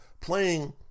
playing